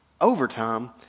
overtime